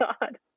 God